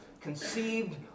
conceived